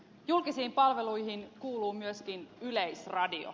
julkisiin palveluihin kuuluu myöskin yleisradio